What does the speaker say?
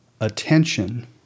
attention